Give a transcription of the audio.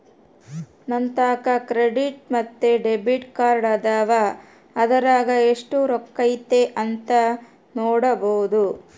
ನಂತಾಕ ಕ್ರೆಡಿಟ್ ಮತ್ತೆ ಡೆಬಿಟ್ ಕಾರ್ಡದವ, ಅದರಾಗ ಎಷ್ಟು ರೊಕ್ಕತೆ ಅಂತ ನೊಡಬೊದು